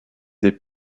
des